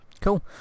Cool